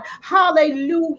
hallelujah